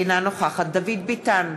אינה נוכחת דוד ביטן,